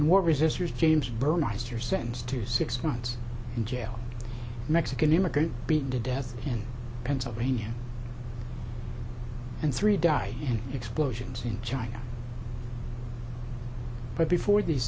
war resisters james burmeister sentenced to six months in jail mexican immigrant beaten to death in pennsylvania and three died explosions in china but before the